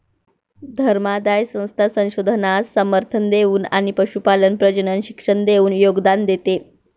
धर्मादाय संस्था संशोधनास समर्थन देऊन आणि पशुपालन प्रजनन शिक्षण देऊन योगदान देते